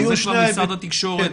זה כבר משרד התקשורת,